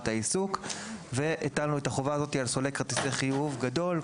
העיסוק והטלנו את החובה הזאת על סולק כרטיסי חיוב גדול,